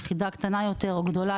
יחידה קטנה יותר או גדולה,